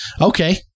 Okay